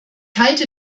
halte